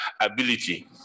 ability